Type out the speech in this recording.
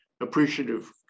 appreciative